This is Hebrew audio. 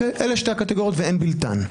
אלה שתי הקטגוריות ואין בלתן.